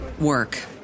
work